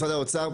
משרד האוצר,